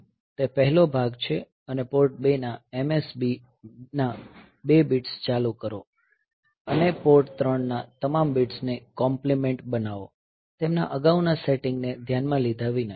તે પહેલો ભાગ છે અને પોર્ટ 2 ના MSB ના 2 બિટ્સ ચાલુ કરો અને પોર્ટ 3 ના તમામ બિટ્સને કોમ્પલીમેંટ બનાવો તેમના અગાઉના સેટિંગ ને ધ્યાનમાં લીધા વિના